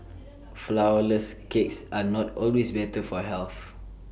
Flourless Cakes are not always better for health